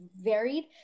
varied